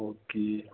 okay